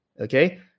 Okay